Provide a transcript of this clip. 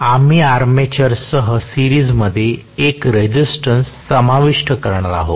आम्ही आर्मेचरसह सिरीजमध्ये एक रेसिस्टन्स समाविष्ट करणार आहोत